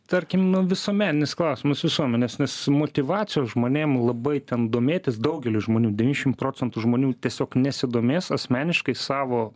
tarkim visuomeninis klausimas visuomenės nes motyvacijos žmonėm labai ten domėtis daugelis žmonių devyniasdešim procentų žmonių tiesiog nesidomės asmeniškai savo